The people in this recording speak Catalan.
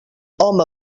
home